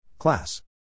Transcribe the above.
Class